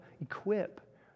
equip